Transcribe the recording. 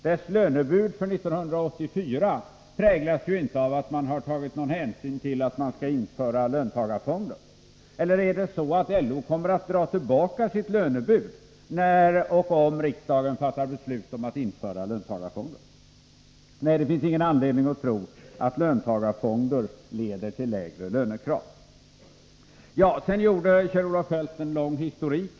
Dess lönebud för 1984 präglas inte av att man tagit någon hänsyn till att man skall införa löntagarfonder. Eller är det så att LO kommer att dra tillbaka sitt lönebud när och om riksdagen fattar beslut om att införa löntagarfonder? Nej, det finns ingen anledning att tro att löntagarfonder leder till lägre lönekrav. Sedan gjorde Kjell-Olof Feldt en lång historik.